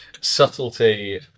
Subtlety